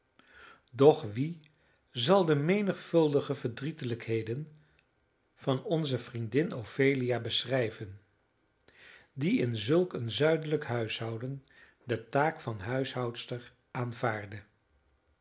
doch wie zal de menigvuldige verdrietelijkheden van onze vriendin ophelia beschrijven die in zulk een zuidelijk huishouden de taak van huishoudster aanvaardde